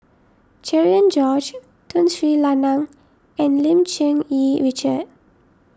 Cherian George Tun Sri Lanang and Lim Cherng Yih Richard